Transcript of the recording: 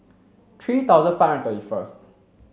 three thousand five hundred thirty first